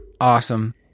Awesome